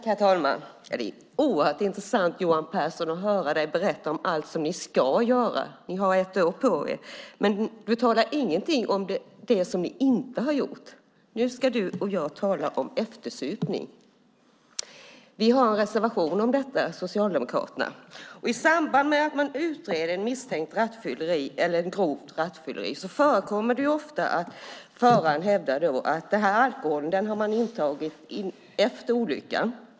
Herr talman! Det är oerhört intressant att höra Johan Pehrson berätta om allt som ni ska göra. Ni har knappt ett år på er. Men du talar ingenting om det som ni inte har gjort. Nu ska du och jag tala om eftersupning. Vi socialdemokrater har en reservation om detta. I samband med utredning om misstänkt rattfylleri eller grovt rattfylleri förekommer det ofta att föraren hävdar att alkoholen har intagits efter olyckan.